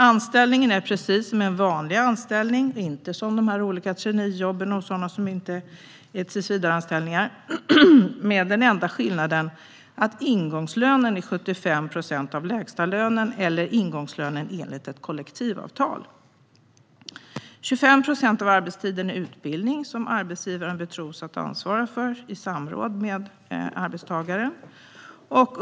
Anställningen är precis som en vanlig anställning, inte som traineejobben och sådana som inte är tillsvidareanställningar. Den enda skillnaden är att ingångslönen är 75 procent av lägstalönen eller ingångslönen enligt ett kollektivavtal. 25 procent av arbetstiden är utbildning som arbetsgivaren betros ansvara för, i samråd med arbetstagaren.